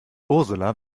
ursula